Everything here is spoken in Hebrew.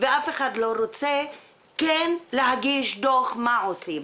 ואף אחד לא רוצה להגיש דוח מה עושים.